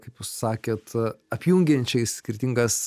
kaip jūs sakėt apjungiančiais skirtingas